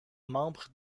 membre